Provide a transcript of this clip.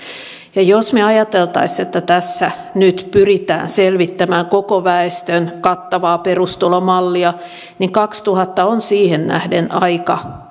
jos me ajattelisimme että tässä nyt pyritään selvittämään koko väestön kattavaa perustulomallia niin kaksituhatta on siihen nähden aika